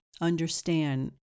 understand